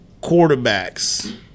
quarterbacks